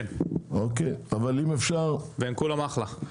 כן, וכולם אחלה.